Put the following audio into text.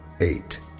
eight